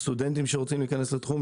לסטודנטים שרוצים להיכנס לתחום,